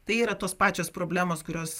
tai yra tos pačios problemos kurios